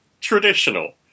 traditional